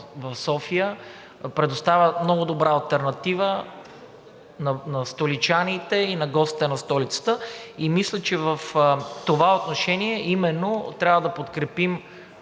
в София предоставя много добра алтернатива на столичаните и гостите на столицата. Мисля, че в това отношение именно трябва да подкрепим